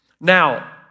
Now